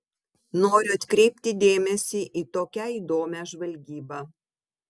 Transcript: noriu atkreipti dėmesį į tokią įdomią žvalgybą